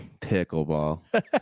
Pickleball